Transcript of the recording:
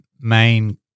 main